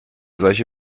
solche